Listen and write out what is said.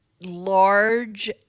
large